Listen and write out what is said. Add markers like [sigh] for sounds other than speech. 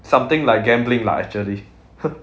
something like gambling lah actually [laughs]